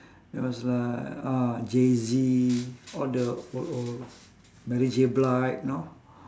that was like ah jay Z all the old old mary J blige you know